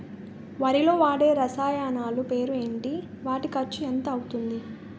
వరిలో వాడే రసాయనాలు పేర్లు ఏంటి? వాటి ఖర్చు ఎంత అవతుంది?